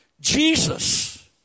Jesus